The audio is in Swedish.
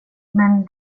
men